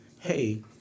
hey